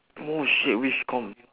oh shit which comp~